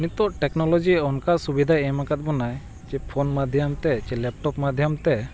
ᱱᱤᱛᱚᱜ ᱴᱮᱠᱱᱳᱞᱚᱡᱤ ᱚᱱᱠᱟ ᱥᱩᱵᱤᱫᱷᱟᱭ ᱮᱢ ᱟᱠᱟᱫ ᱵᱚᱱᱟᱭ ᱡᱮ ᱯᱷᱳᱱ ᱢᱟᱫᱽᱫᱷᱚᱢ ᱛᱮ ᱥᱮ ᱞᱮᱯᱴᱚᱯ ᱢᱟᱫᱽᱫᱷᱚᱢ ᱛᱮ